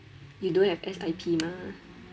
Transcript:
you don't have S_I_P mah